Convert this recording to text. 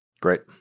Great